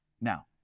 Now